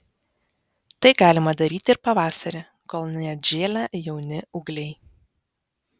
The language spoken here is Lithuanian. tai galima daryti ir pavasarį kol neatžėlę jauni ūgliai